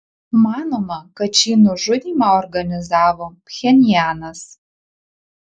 manoma kad šį nužudymą organizavo pchenjanas